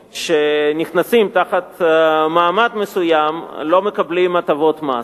שנכנסים תחת מעמד מסוים לא מקבלים הטבות מס.